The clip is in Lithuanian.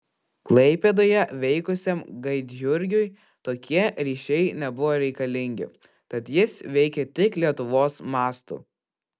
klaipėdoje veikusiam gaidjurgiui tokie ryšiai nebuvo reikalingi tad jis veikė tik lietuvos mastu